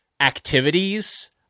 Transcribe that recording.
activities